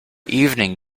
evening